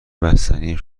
بستنی